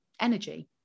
energy